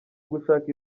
gushaka